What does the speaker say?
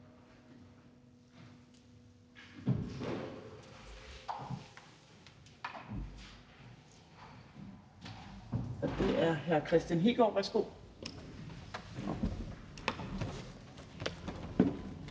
og det er hr. Kristian Hegaard. Værsgo.